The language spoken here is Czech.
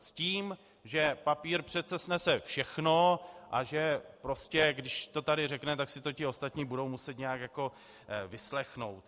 S tím, že papír přece snese všechno, a že prostě když to tady řekneme, tak si to ti ostatní budou muset vyslechnout.